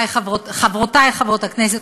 חברותי חברות הכנסת,